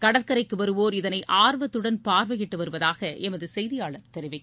கடற்கரைக்கு வருவோர் இதனை ஆர்வத்துடன் பார்வையிட்டு வருவதாக எமது செய்தியாளர் தெரிவிக்கிறார்